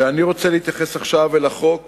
ואני רוצה להתייחס עכשיו לחוק